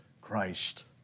Christ